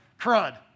Crud